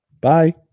Bye